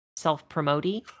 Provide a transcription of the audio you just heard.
self-promoting